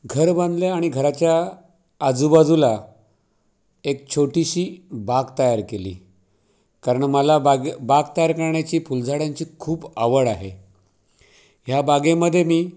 घर बांधले आणि घराच्या आजूबाजूला एक छोटीशी बाग तयार केली कारण मला बागे बाग तयार करण्याची फुलझाडांची खूप आवड आहे ह्या बागेमध्ये मी